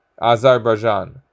Azerbaijan